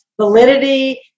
validity